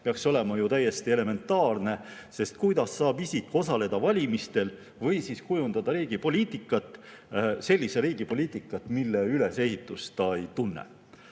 peaks olema ju täiesti elementaarne, sest kuidas saab isik osaleda valimistel või kujundada riigi poliitikat, sellise riigi poliitikat, mille ülesehitust ta ei tunne.